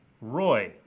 Roy